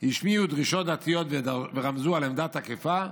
השמיעו דרישות דתיות ורמזו על עמדה תקיפה,